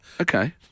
Okay